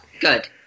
Good